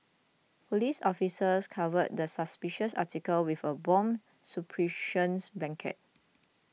police officers covered the suspicious article with a bomb suppressions blanket